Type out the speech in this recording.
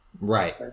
Right